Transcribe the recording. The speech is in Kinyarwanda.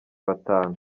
batanu